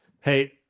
hey